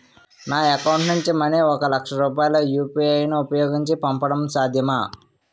నా అకౌంట్ నుంచి మనీ ఒక లక్ష రూపాయలు యు.పి.ఐ ను ఉపయోగించి పంపడం సాధ్యమా?